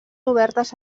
obertes